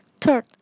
Third